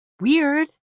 Weird